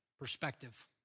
perspective